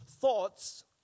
thoughts